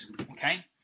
Okay